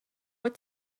what